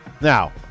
Now